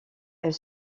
elle